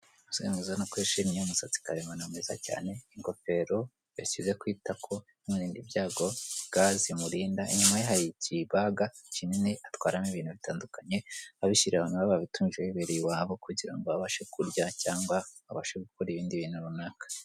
Umusore mwiza urabona ko yishimiye, umusatsi karemano mwiza cyane, ingofero yashyize ku itako imurinda ibyago, ga zimurinda, inyuma ye hari ikibaga kinini atwaramo ibintu bitandukanye abishyira abantu baba babituje bibereye iwabo kugira ngo babashe kurya cyangwa babashe gukora ibindi bintu runaka.